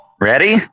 Ready